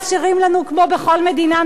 כמו בכל מדינה מתקדמת,